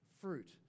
fruit